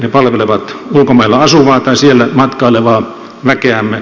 ne palvelevat ulkomailla asuvaa tai siellä matkailevaa väkeämme